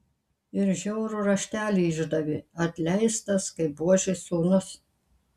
ir žiaurų raštelį išdavė atleistas kaip buožės sūnus